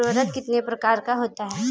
उर्वरक कितने प्रकार का होता है?